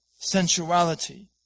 sensuality